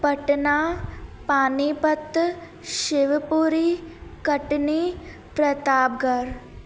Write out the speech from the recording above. Patna Panipat Shivpuri Katni Pratapgarh